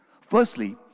Firstly